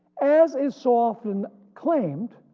as it's so often claimed,